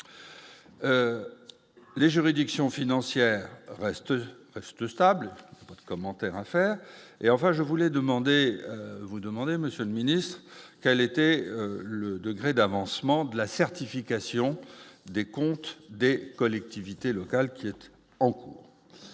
les juridictions financières restent restent stables, pas de commentaire à faire, et enfin, je voulais demander vous demander, monsieur le Ministre, quel était le degré d'avancement de la certification des comptes des collectivités locales qui étaient en cours